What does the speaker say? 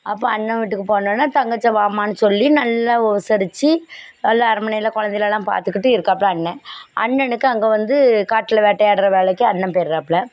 அப்போ அண்ணன் வீட்டுக்கு போனவொன்னே தங்கச்சியை வாமான்னு சொல்லி நல்லா உபசரிச்சு நல்லா அரண்மனையில் குலந்தைளலாம் பார்த்துக்கிட்டு இருக்காப்புல அண்ணன் அண்ணனுக்கு அங்கே வந்து காட்டில் வேட்டையாடுற வேலைக்கு அண்ணன் போயிட்றாப்புல